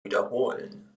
wiederholen